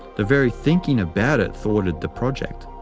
the very thinking about it thwarted the project.